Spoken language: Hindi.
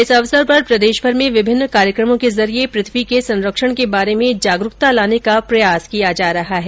इस अवसर पर प्रदेशभर में विभिन्न कार्यक्रमों के जरिये पृथ्वी के संरक्षण के बारे में जागरूकता लाने का प्रयास किया जा रहा है